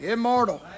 Immortal